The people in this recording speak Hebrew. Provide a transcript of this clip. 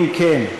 ההסתייגויות (23)